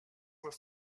were